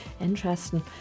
Interesting